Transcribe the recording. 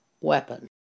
weapon